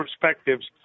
perspectives